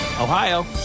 Ohio